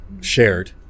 shared